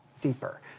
deeper